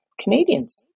Canadians